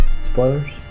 spoilers